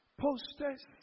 posters